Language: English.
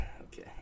Okay